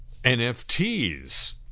NFTs